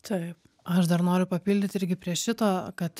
taip aš dar noriu papildyt irgi prie šito kad